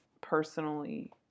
personally